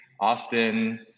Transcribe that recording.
Austin